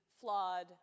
flawed